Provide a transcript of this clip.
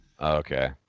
Okay